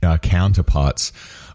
counterparts